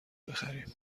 بخریم